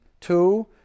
Two